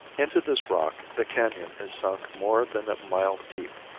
into this rock the canon is sunk more than a mile deep,